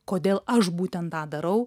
kodėl aš būtent tą darau